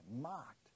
mocked